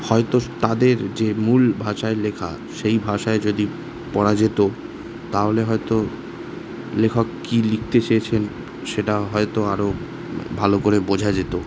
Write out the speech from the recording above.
হয়তো তাদের যে মূল ভাষায় লেখা সেই ভাষায় যদি পড়া যেত তাহলে হয়তো লেখক কি লিখতে চেয়েছেন সেটা হয়তো আরো ভালো করে বোঝা যেত